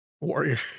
Warrior